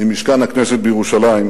ממשכן הכנסת בירושלים,